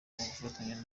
gufatanya